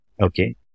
Okay